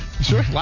Sure